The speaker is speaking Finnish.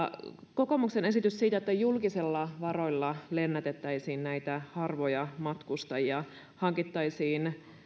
kokoomuksen esitys siitä että julkisilla varoilla lennätettäisiin näitä harvoja matkustajia hankittaisiin